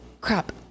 Crap